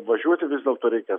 važiuoti vis dėlto reikia